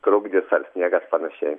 trukdis ar sniegas panašiai